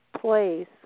place